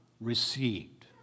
received